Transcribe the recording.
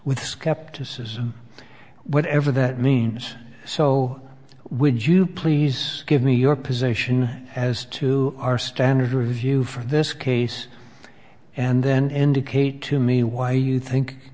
with skepticism whatever that means so would you please give me your position as to our standard review for this case and then indicate to me why you think